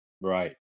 Right